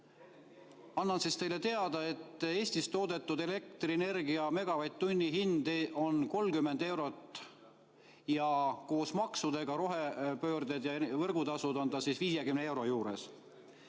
Annan siis teile teada, et Eestis toodetud elektrienergia megavatt-tunni hind on 30 eurot ja koos lisamaksudega – rohepööre ja võrgutasud – on see 50 euro juures.